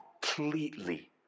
completely